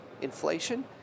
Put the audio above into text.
inflation